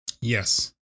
Yes